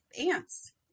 ants